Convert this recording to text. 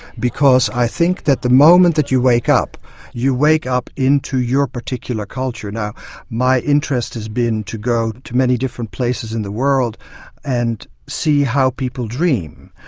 because i think that the moment you wake up you wake up into your particular culture. now my interest has been to go to many different places in the world and see how people dream.